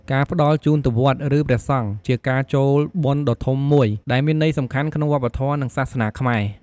ការផ្តល់ជូនទៅវត្ត ឬព្រះសង្ឃ ជាការចូលបុណ្យដ៏ធំមួយ ដែលមានន័យសំខាន់ក្នុងវប្បធម៌ និងសាសនាខ្មែរ។